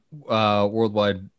worldwide